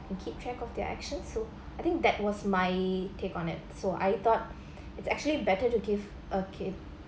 you keep track of their actions so I think that was my take on it so I thought it's actually better to give a kid